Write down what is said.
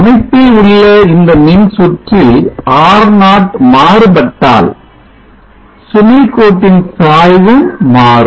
அமைப்பில் உள்ள இந்த மின்சுற்றில் R0 மாறுபட்டால் சுமை கோட்டின் சாய்வும் மாறும்